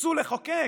תרצו לחוקק